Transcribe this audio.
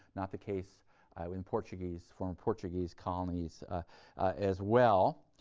not the case in portuguese, for and portuguese colonies as well.